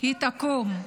היא תקום,